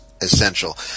essential